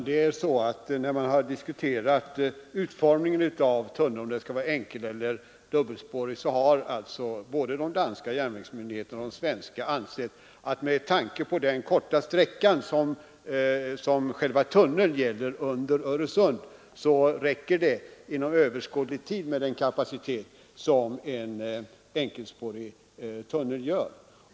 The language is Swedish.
Herr talman! När de har diskuterat om tunneln skall vara enkelspårig eller dubbelspårig har både de danska järnvägsmyndigheterna och de svenska ansett att med tanke på den korta sträcka som själva tunneln urder Öresund omfattar räcker det inom överskådlig tid med den kapacitet som en enkelspårig tunnel får.